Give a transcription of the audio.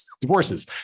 divorces